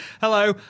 Hello